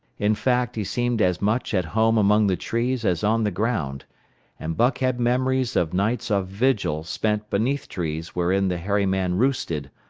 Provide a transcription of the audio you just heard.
in fact, he seemed as much at home among the trees as on the ground and buck had memories of nights of vigil spent beneath trees wherein the hairy man roosted,